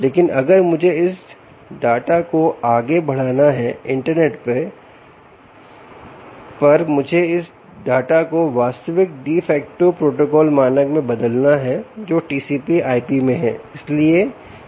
लेकिन अगर मुझे इस डाटा को आगे बढ़ाना है इंटरनेट पर मुझे इस डाटा को वास्तविक de facto protocol मानक में बदलना है जो TCP IP में है